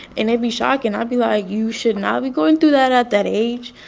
and they be shocking. i'll be like, you should not be going through that at that age.